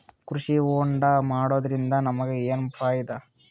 ಕೃಷಿ ಹೋಂಡಾ ಮಾಡೋದ್ರಿಂದ ನಮಗ ಏನ್ ಫಾಯಿದಾ?